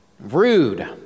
rude